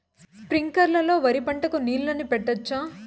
స్ప్రింక్లర్లు లో వరి పంటకు నీళ్ళని పెట్టొచ్చా?